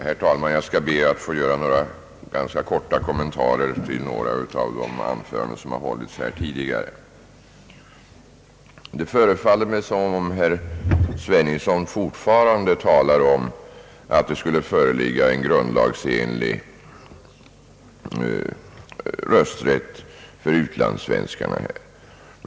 Herr talman! Jag skall be att få göra några ganska korta kommentarer till ett par av de anföranden som hållits här tidigare. Det förefaller som om herr Sveningsson fortfarande talar om att det skulle föreligga en grundlagsenlig rösträtt för utlandssvenskarna.